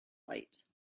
light